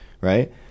right